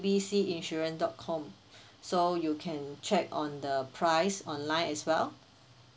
B C insurance dot com so you can check on the price online as well